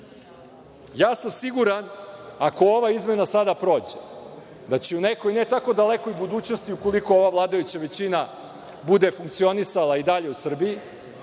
sam da ako ova izmena sada prođe, da će u nekoj ne tako dalekoj budućnosti, ukoliko ova vladajuća većina bude funkcionisala i dalje u Srbiji,